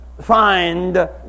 find